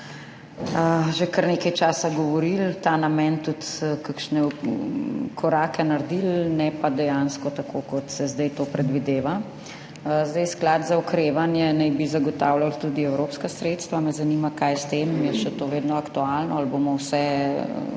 že kar nekaj časa govorili, v ta namen tudi kakšne korake naredili, ne pa dejansko tako kot se zdaj to predvideva. Sklad za okrevanje naj bi zagotavljal tudi evropska sredstva. Me zanima, kaj s tem? Je še to vedno aktualno? Ali bomo ves